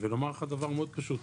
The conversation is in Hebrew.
ולומר לך דבר מאוד פשוט.